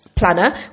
planner